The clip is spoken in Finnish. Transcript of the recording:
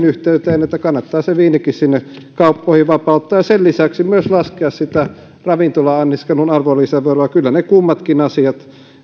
yhteyteen että kannattaa se viinikin sinne kauppoihin vapauttaa ja sen lisäksi myös laskea sitä ravintola anniskelun arvonlisäveroa kyllä ne kummatkin asiat